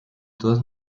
todas